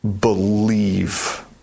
believe